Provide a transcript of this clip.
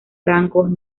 rangos